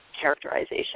characterization